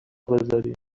بزارین